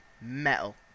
metal